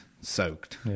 soaked